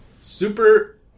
Super